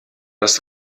das